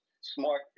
smart